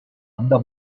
under